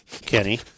Kenny